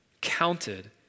counted